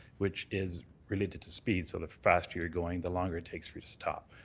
which is related to speed so the faster you're going, the longer it takes for you to stop.